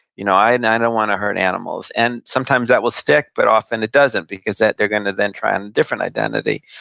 you know i and i don't want to hurt animals. and sometimes that will stick, but often it doesn't, because they're gonna then try on a different identity